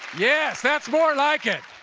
yeah that's more like it!